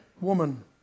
woman